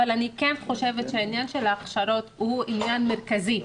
אבל אני כן חושבת שהעניין של ההכשרות הוא עניין מרכזי.